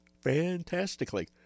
fantastically